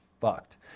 fucked